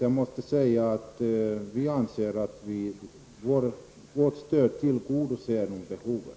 Jag måste säga att vi anser att vårt stöd tillgodoser de behoven.